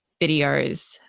videos